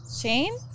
Shane